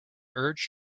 urge